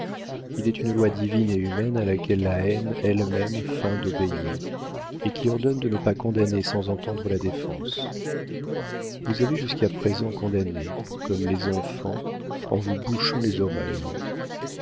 il est une loi divine et humaine à laquelle la haine elle-même feint d'obéir et qui ordonne de ne pas condamner sans entendre la défense vous avez jusqu'à présent condamné comme les enfants en vous bouchant les oreilles